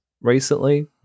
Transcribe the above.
recently